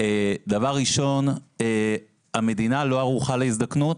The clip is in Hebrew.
דבר ראשון, המדינה לא ערוכה להזדקנות.